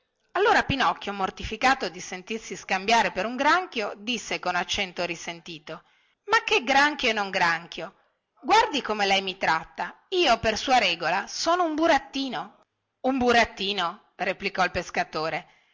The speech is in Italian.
allora pinocchio mortificato di sentirsi scambiare per un granchio disse con accento risentito ma che granchio e non granchio guardi come lei mi tratta io per sua regola sono un burattino un burattino replicò il pescatore